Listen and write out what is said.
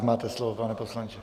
Máte slovo, pane poslanče.